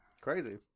Crazy